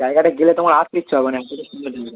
জায়গাটায় গেলে তোমার আসতে ইচ্ছা হবে না এতোটা সুন্দর জায়গা